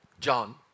John